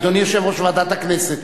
אדוני יושב-ראש ועדת הכנסת,